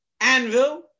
Anvil